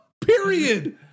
Period